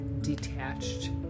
detached